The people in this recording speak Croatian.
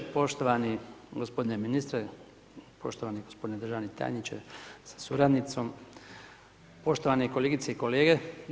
Poštovani gospodine ministre, poštovani gospodine državni tajniče sa suradnicom, poštovane kolegice i kolege.